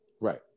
Right